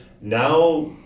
Now